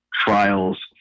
trials